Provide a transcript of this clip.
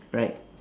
right